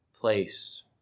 place